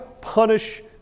punish